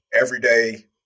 everyday